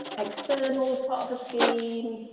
external as part of a scheme,